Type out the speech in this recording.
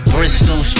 Bristol